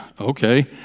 okay